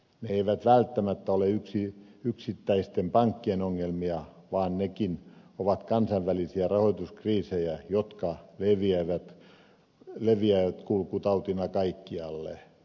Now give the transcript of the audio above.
ne eivät välttämättä ole yksittäisten pankkien ongelmia vaan nekin ovat kansainvälisiä rahoituskriisejä jotka leviävät kulkutautina kaikkialle